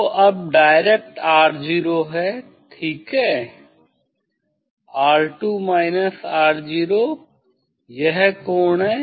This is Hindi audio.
तो अब डायरेक्ट R0 है ठीक है यह कोण है ये कोण